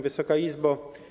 Wysoka Izbo!